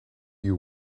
you